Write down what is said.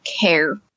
care